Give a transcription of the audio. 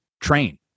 train